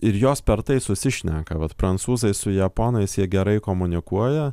ir jos per tai susišneka vat prancūzai su japonais jie gerai komunikuoja